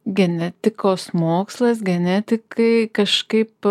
genetikos mokslas genetikai kažkaip